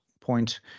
point